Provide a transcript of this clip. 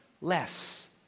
less